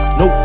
no